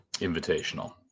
Invitational